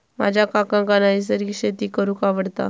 माझ्या काकांका नैसर्गिक शेती करूंक आवडता